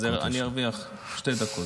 אז אני ארוויח שתי דקות.